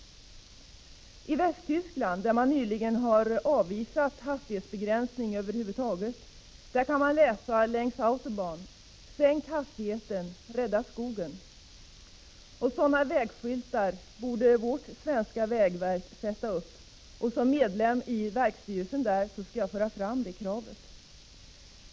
I Västtyskland, där man nyligen har avvisat hastighetsbegränsning över huvud taget, kan man längs Autobahn läsa: Sänk hastigheten — rädda skogen. Sådana vägskyltar borde vårt svenska vägverk sätta upp, och som medlem i verksstyrelsen där skall jag föra fram det kravet.